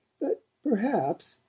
but perhaps,